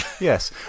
yes